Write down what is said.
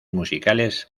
musicales